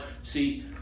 See